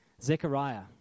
Zechariah